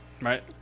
right